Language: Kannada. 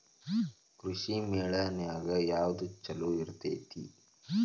ಕೃಷಿಮೇಳ ನ್ಯಾಗ ಯಾವ್ದ ಛಲೋ ಇರ್ತೆತಿ?